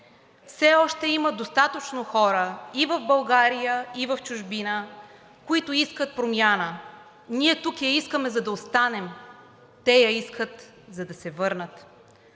Все още има достатъчно хора и в България, и в чужбина, които искат промяна. Ние тук я искаме, за да останем, те я искат, за да се върнат.